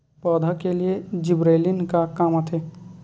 पौधा के लिए जिबरेलीन का काम आथे?